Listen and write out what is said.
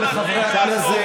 בוא נתחיל מהסוף.